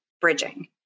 bridging